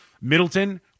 Middleton